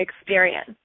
experience